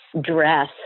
dress